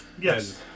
Yes